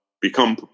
become